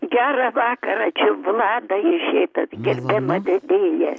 gerą vakarą čia vlada šitas gi gerbiama vedėja